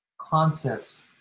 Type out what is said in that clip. concepts